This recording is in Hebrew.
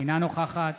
אינה נוכחת